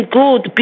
good